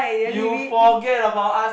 you forget about us